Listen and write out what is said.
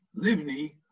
Livni